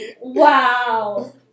Wow